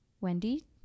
Wendy